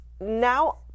now